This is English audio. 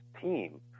team